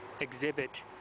exhibit